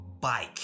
bike